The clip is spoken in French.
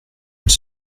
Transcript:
elle